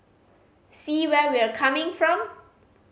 see where we're coming from